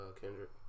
Kendrick